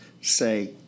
say